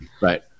Right